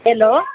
hello